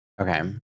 Okay